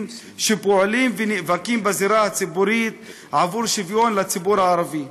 שפועלים ונאבקים בזירה הציבורית עבור שוויון לציבור הערבי.